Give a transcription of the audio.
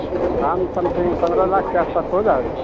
हाँ दाम समथिंग पंद्रह लाख के आस पास हो जाएगा